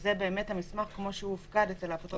שזה המסמך כמו שהוא הופקד אצל האפוטרופוס.